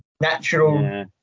Natural